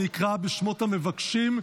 אקרא בשמות המבקשים.